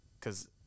Cause